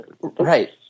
Right